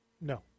no